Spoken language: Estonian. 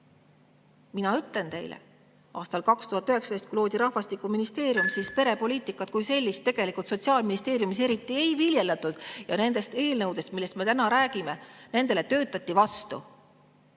Mina ütlen teile: aastal 2019, kui loodi rahvastikuministeerium, perepoliitikat kui sellist tegelikult Sotsiaalministeeriumis eriti ei viljeletud ja nendele eelnõudele, millest me täna räägime, töötati